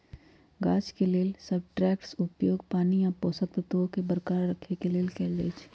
गाछ के लेल सबस्ट्रेट्सके उपयोग पानी आ पोषक तत्वोंके बरकरार रखेके लेल कएल जाइ छइ